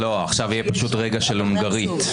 עכשיו יהיה רגע של הונגרית,